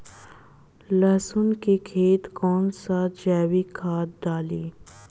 लहसुन के खेत कौन सा जैविक खाद डाली?